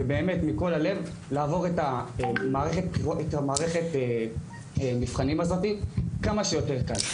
ולעבור את מערכת המבחנים הזאת כמה שיותר קל.